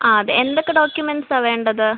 ആ അതെ എന്തൊക്കെ ഡോക്യൂമെൻറ്റ്സാണു വേണ്ടത്